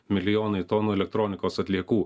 milijonai tonų elektronikos atliekų